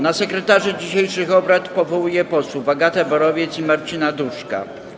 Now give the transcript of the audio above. Na sekretarzy dzisiejszych obrad powołuję posłów Agatę Borowiec i Marcina Duszka.